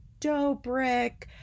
Dobrik